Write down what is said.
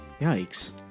yikes